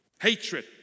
hatred